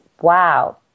wow